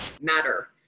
matter